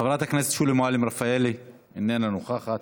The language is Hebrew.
חברת הכנסת שולי מועלם, איננה נוכחת.